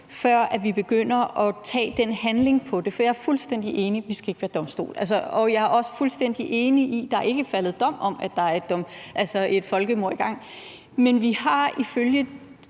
før vi begynder at handle på det. Jeg er fuldstændig enig i, at vi ikke skal være domstol, og jeg er også fuldstændig enig i, at der ikke er faldet dom om, at der er et folkemord i gang. Men vi har ifølge